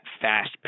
fast